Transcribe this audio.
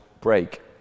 break